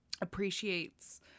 appreciates